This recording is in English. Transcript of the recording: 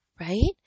Right